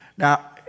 Now